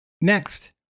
Next